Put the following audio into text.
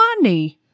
money